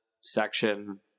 section